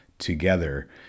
together